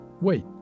Wait